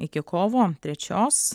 iki kovo trečios